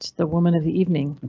the woman of the evening.